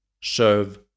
serve